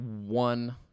one